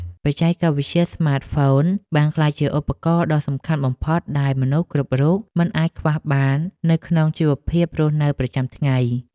បច្ចេកវិទ្យាស្មាតហ្វូនបានក្លាយជាឧបករណ៍ដ៏សំខាន់បំផុតដែលមនុស្សគ្រប់រូបមិនអាចខ្វះបាននៅក្នុងជីវភាពរស់នៅប្រចាំថ្ងៃ។